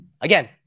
again